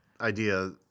idea